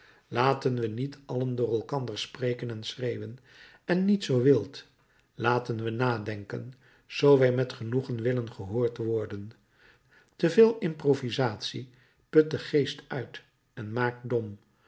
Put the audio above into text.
laten we niet allen door elkander spreken en schreeuwen en niet zoo wild laten we nadenken zoo wij met genoegen willen gehoord worden te veel improvisatie put den geest uit en maakt dom